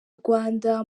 rwanda